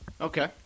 Okay